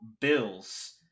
Bills